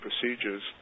procedures